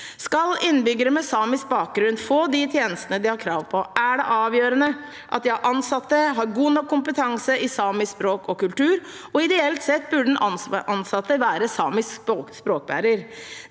Skal innbyggere med samisk bakgrunn få de tjenestene de har krav på, er det avgjørende at de ansatte har god nok kompetanse i samisk språk og kultur, og ideelt sett burde den ansatte være samisk språkbærer.